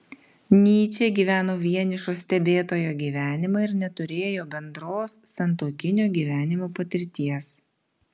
nyčė gyveno vienišo stebėtojo gyvenimą ir neturėjo bendros santuokinio gyvenimo patirties